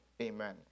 amen